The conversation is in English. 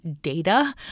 data